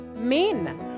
men